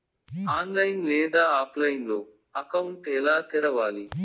online లేదా ఆఫ్లైన్లో account ఎలా తెరవాలి